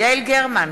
יעל גרמן,